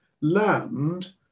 land